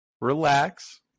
Relax